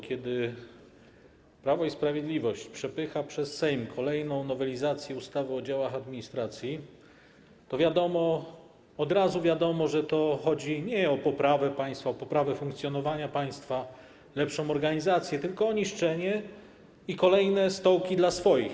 Kiedy Prawo i Sprawiedliwość przepycha przez Sejm kolejną nowelizację ustawy o działach administracji, to od razu wiadomo, że chodzi nie o poprawę państwa, nie o poprawę funkcjonowania państwa, nie o lepszą organizację, tylko o niszczenie i kolejne stołki dla swoich.